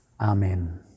Amen